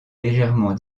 légèrement